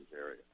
area